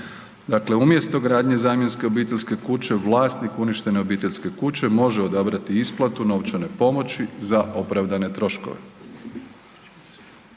Dakle, umjesto izgradnje zamjenske obiteljske kuće, vlasnik uništene obiteljske kuće može odabrati isplatu novčane pomoći za opravdane troškove.